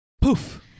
poof